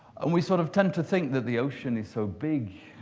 and we sort of tend to think that the ocean is so big,